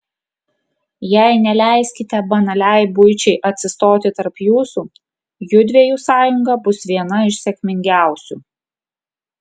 jei neleiskite banaliai buičiai atsistoti tarp jūsų judviejų sąjunga bus viena iš sėkmingiausių